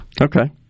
Okay